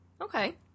Okay